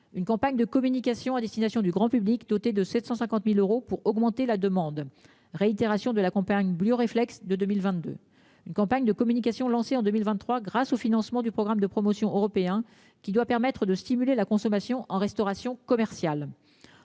une campagne de communication à destination du grand public doté de 750.000 euros pour augmenter la demande réitération de la campagne. Réflexe de 2022. Une campagne de communication lancée en 2023 grâce au financement du programme de promotion européen qui doit permettre de stimuler la consommation en restauration commerciale.